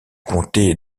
comté